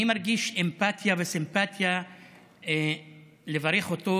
אני מרגיש אמפתיה וסימפתיה לברך אותו,